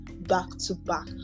back-to-back